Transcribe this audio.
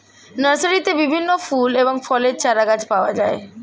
নার্সারিতে বিভিন্ন ফুল এবং ফলের চারাগাছ পাওয়া যায়